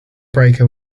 breaker